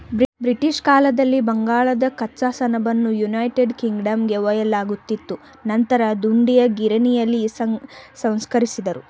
British ಕಾಲದಲ್ಲಿ ಬಂಗಾಳದ ಕಚ್ಚಾ ಸೆಣಬನ್ನು ಯುನೈಟೆಡ್ ಕಿಂಗ್ಡಮ್ಗೆ ಒಯ್ಯಲಾಗ್ತಿತ್ತು ನಂತರ ದುಂಡೀಯ ಗಿರಣಿಲಿ ಸಂಸ್ಕರಿಸಿದ್ರು